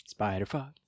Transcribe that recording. Spiderfog